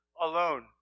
Alone